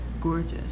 Gorgeous